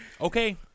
okay